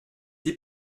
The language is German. die